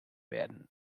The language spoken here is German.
werden